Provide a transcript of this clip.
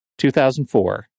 2004